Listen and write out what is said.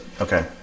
Okay